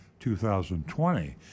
2020